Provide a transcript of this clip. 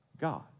God